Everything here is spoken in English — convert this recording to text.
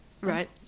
right